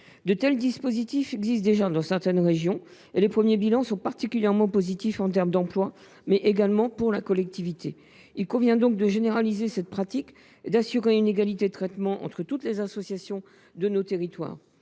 De tels dispositifs existent déjà dans certaines régions : leurs premiers bilans sont particulièrement positifs, non seulement en matière d’emploi, mais aussi pour la collectivité. Il convient de généraliser cette pratique et d’assurer ainsi une égalité de traitement entre toutes les associations de nos territoires.